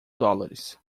dólares